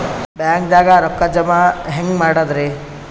ಬ್ಯಾಂಕ್ದಾಗ ರೊಕ್ಕ ಜಮ ಹೆಂಗ್ ಮಾಡದ್ರಿ?